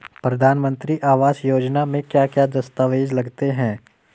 प्रधानमंत्री आवास योजना में क्या क्या दस्तावेज लगते हैं?